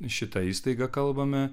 šitą įstaigą kalbame